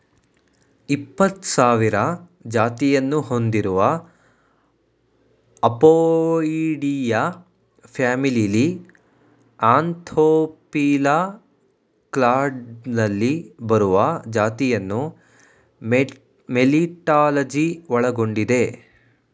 ಇಪ್ಪತ್ಸಾವಿರ ಜಾತಿಯನ್ನು ಹೊಂದಿರುವ ಅಪೊಯಿಡಿಯಾ ಫ್ಯಾಮಿಲಿಲಿ ಆಂಥೋಫಿಲಾ ಕ್ಲಾಡ್ನಲ್ಲಿ ಬರುವ ಜಾತಿಯನ್ನು ಮೆಲಿಟಾಲಜಿ ಒಳಗೊಂಡಿದೆ